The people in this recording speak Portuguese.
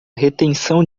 retenção